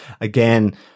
again